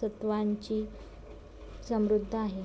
सत्त्वांनी समृद्ध आहे